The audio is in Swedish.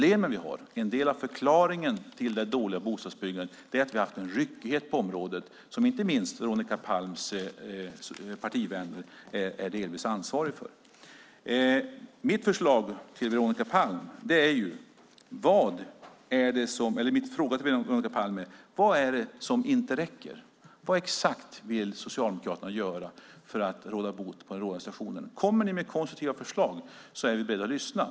En del av förklaringen till det dåliga bostadsbyggandet är att vi har haft en ryckighet på området, som inte minst Veronica Palms partivänner är delvis ansvariga för. Min fråga till Veronica Palm är: Vad är det som inte räcker? Vad exakt vill Socialdemokraterna göra för att råda bot på situationen? Kommer ni med konstruktiva förslag är vi beredda att lyssna.